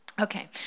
Okay